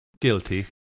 Guilty